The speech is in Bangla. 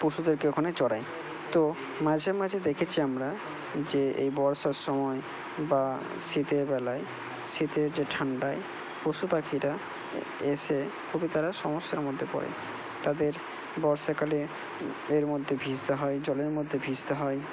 পশুদেরকে ওখানে চরাই তো মাঝে মাঝে দেখেছি আমরা যে এই বর্ষার সময় বা শীতের বেলায় শীতের যে ঠান্ডায় পশুপাখিরা এসে খুবই তারা সমস্যার মধ্যে পড়ে তাদের বর্ষাকালে এর মধ্যে ভিজতে হয় জলের মধ্যে ভিজতে হয়